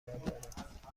دارم